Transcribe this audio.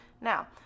Now